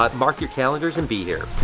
but mark your calendars and be here.